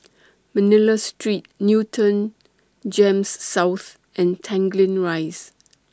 Manila Street Newton Gems South and Tanglin Rise